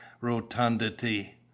rotundity